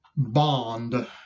Bond